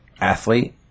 athlete